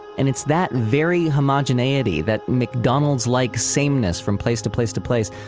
and it's that very homogeneity, that mcdonald's-like sameness from place to place to place.